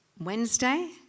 Wednesday